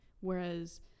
Whereas